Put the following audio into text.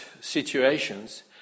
situations